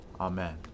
Amen